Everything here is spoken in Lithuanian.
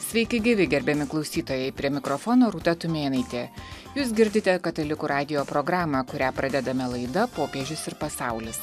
sveiki gyvi gerbiami klausytojai prie mikrofono rūta tumėnaitė jūs girdite katalikų radijo programą kurią pradedame laida popiežius ir pasaulis